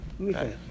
Okay